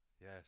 yes